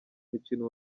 mukino